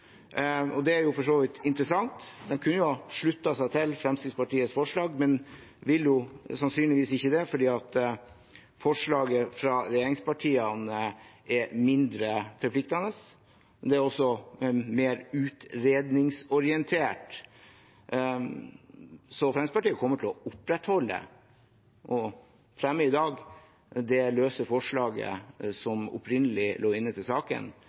Det er for så vidt interessant. De kunne ha sluttet seg til Fremskrittspartiets forslag, men vil sannsynligvis ikke det, fordi forslaget fra regjeringspartiene er mindre forpliktende. Det er også mer utredningsorientert. Fremskrittspartiet kommer til å opprettholde, og fremmer i dag, det løse forslaget som opprinnelig lå inne til saken.